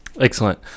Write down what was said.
excellent